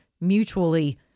mutually